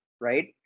right